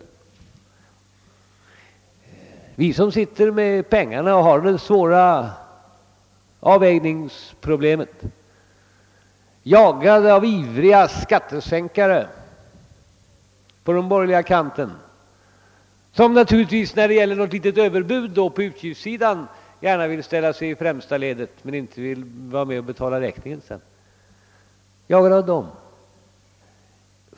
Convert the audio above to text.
Vi som sitter med pengarna har att ta ställning till de svåra avvägningsproblemen, jagade av ivriga skattesänkare på den borgerliga kanten, vilka naturligtvis när det gäller något litet överbud på utgiftssidan gärna vill ställa sig i främsta ledet men sedan inte vill vara med om att betala räkningen.